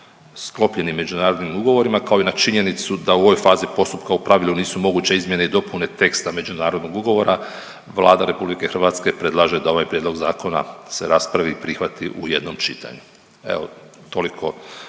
sklopljenim međunarodnim ugovorima kao i na činjenicu da u ovoj fazi postupka u pravilu nisu moguće izmjene i dopune teksta međunarodnog ugovora Vlada RH predlaže da ovaj prijedlog zakona se raspravi i prihvati u jednom čitanju. Evo, toliko